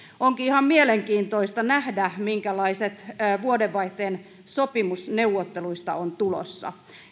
onkin ihan mielenkiintoista nähdä minkälaiset vuodenvaihteen sopimusneuvotteluista on tulossa